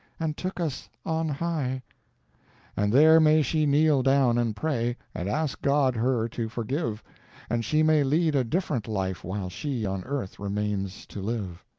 and took us on high and there may she kneel down and pray, and ask god her to forgive and she may lead a different life while she on earth remains to live.